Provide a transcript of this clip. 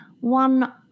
one